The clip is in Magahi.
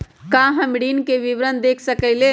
का हम ऋण के विवरण देख सकइले?